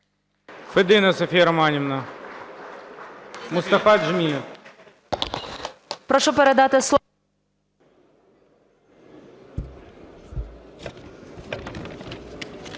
Федина Софія Романівна. Мустафа Джемілєв.